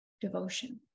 devotion